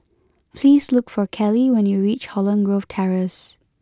please look for Keli when you reach Holland Grove Terrace